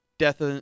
Death